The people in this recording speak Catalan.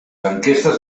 enquestes